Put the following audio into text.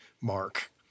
mark